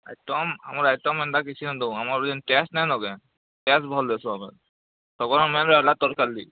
item ଆମର୍ item ହେନ୍ତା କିଛି ନା ଦଉ ଆମର୍ ଯେନ୍ ଟେଷ୍ଟ୍ ନାଇନ କେଁ ଟେଷ୍ଟ୍ ଭଲ୍ ଦେଉଛୁ ଆମେ ସବୁର ମେନ୍ ହେଲା ତରକାରୀ